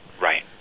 Right